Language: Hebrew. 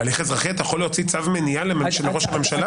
בהליך אזרחי אתה יכול להוציא צו מניעה לראש ממשלה?